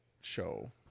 show